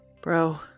Bro